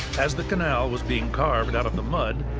as the canal was being carved out of the mud,